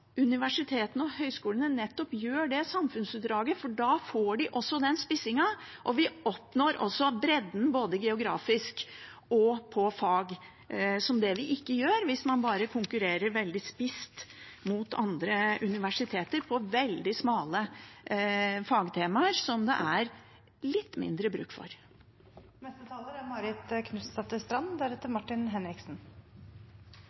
universitetene og høyskolene nettopp tar det samfunnsoppdraget nå, for da får de også den spissingen, og vi oppnår en bredde både geografisk og på fag, noe vi ikke gjør hvis man bare konkurrerer veldig spisset mot andre universiteter på veldig smale fagtemaer, som det er litt mindre bruk